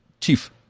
Chief